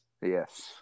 Yes